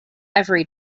every